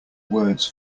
words